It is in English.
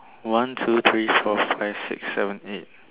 one two three four five six seven eight